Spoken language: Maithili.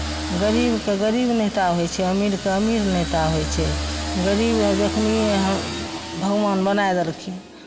गरीबकेँ गरीब नहिता होइ छै अमीरकेँ अमीर नहिता होइ छै गरीब जखनि हम भगवान बनाय देलखिन